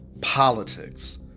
politics